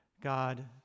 God